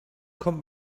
kommt